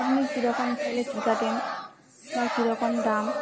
আপনি কিরকম স্টাইলের চুল কাটেন বা কিরকম দাম